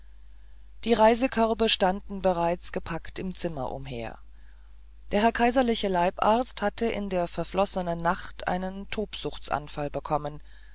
die reisekörbe standen bereits gepackt im zimmer umher der herr kaiserliche leibarzt hatte in der verflossenen nacht einen tobsuchtsanfall bekommen